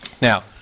Now